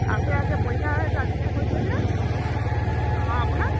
আছে আছে পৰীক্ষা হৈ আছে আজি শেষ হৈছেহে অঁ আপোনাৰ